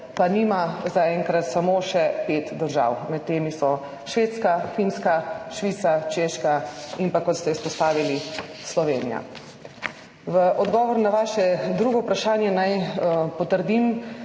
pa nima zaenkrat samo še pet držav, med temi so Švedska, Finska, Švica, Češka in pa, kot ste izpostavili, Slovenija. V odgovor na vaše drugo vprašanje naj potrdim,